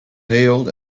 hailed